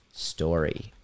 story